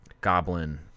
goblin